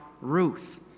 Ruth